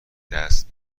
دست